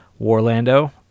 warlando